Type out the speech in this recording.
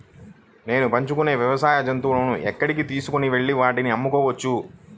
నేను పెంచుకొనే వ్యవసాయ జంతువులను ఎక్కడికి తీసుకొనివెళ్ళి వాటిని అమ్మవచ్చు?